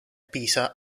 pisa